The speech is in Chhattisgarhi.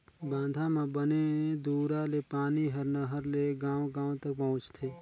बांधा म बने दूरा ले पानी हर नहर मे गांव गांव तक पहुंचथे